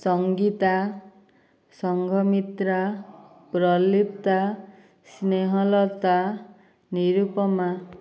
Sangeeta Sanghamitra Pralipta Snehalata Nirupama